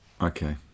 Okay